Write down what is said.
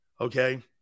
Okay